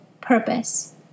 purpose